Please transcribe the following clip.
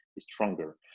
stronger